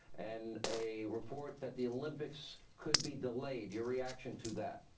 and a report that the olympics could be delayed. your reaction to that?